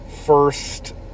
first